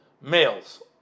males